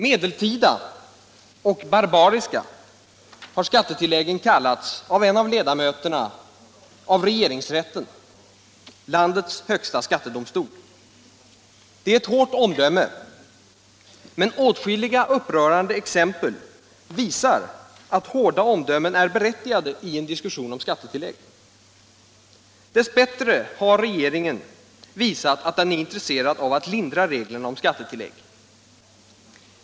”Medeltida” och ”barbariska” har skattetilläggen kallats av en av ledamöterna av regeringsrätten, landets högsta skattedomstol. Det är ett hårt omdöme. Men åtskilliga upprörande exempel visar att hårda omdömen är berättigade i en diskussion om skattetillägg. Dess bättre har regeringen visat att den är intresserad av att lindra reglerna om skattetillägg.